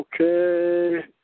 Okay